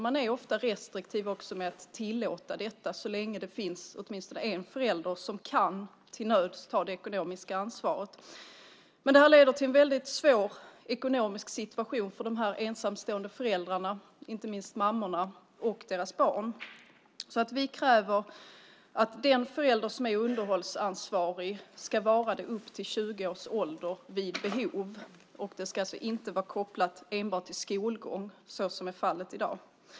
Man är också ofta restriktiv med att tillåta detta så länge det finns åtminstone en förälder som till nöds kan ta det ekonomiska ansvaret. Det här leder till en väldigt svår ekonomisk situation för de ensamstående föräldrarna, inte minst mammorna, och deras barn. Vi kräver att den förälder som är underhållsansvarig ska vara det tills barnet uppnått 20 års ålder. Det ska alltså inte vara kopplat enbart till skolgång, som är fallet i dag.